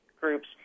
groups